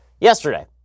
Yesterday